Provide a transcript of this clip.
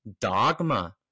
dogma